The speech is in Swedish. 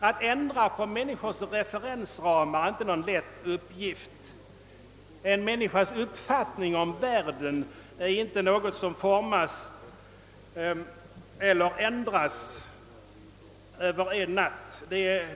Att ändra människors referensramar är ingen lätt uppgift. En människas uppfattning av världen är inte något som formas eller ändras över en natt.